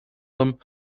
them